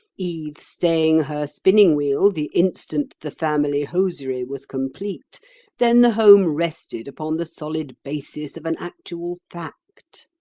eve staying her spinning-wheel the instant the family hosiery was complete then the home rested upon the solid basis of an actual fact.